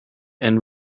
and